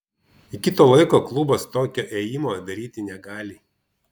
iki to laiko klubas tokio ėjimo daryti negali